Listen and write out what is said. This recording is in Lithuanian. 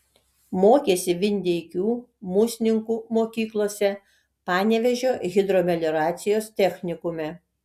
mokėsi vindeikių musninkų mokyklose panevėžio hidromelioracijos technikume